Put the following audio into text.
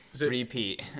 Repeat